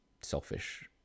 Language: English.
selfish